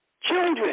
Children